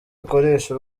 akoresha